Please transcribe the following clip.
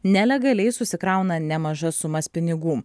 nelegaliai susikrauna nemažas sumas pinigų